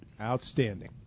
Outstanding